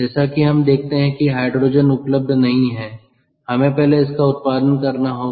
जैसा कि हम देखते हैं कि हाइड्रोजन उपलब्ध नहीं है हमें पहले इसका उत्पादन करना होगा